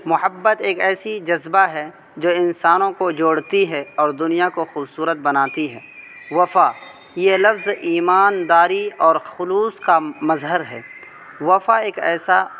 محبت ایک ایسی جذبہ ہے جو انسانوں کو جوڑتی ہے اور دنیا کو خوبصورت بناتی ہے وفا یہ لفظ ایمانداری اور خلوص کا مظہر ہے وفا ایک ایسا